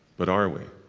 but are we?